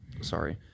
Sorry